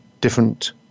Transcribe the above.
different